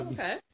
Okay